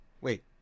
wait